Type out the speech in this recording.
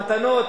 מתנות,